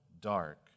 dark